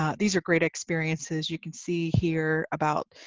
ah these are great experiences. you can see here about